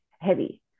heavy